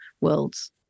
worlds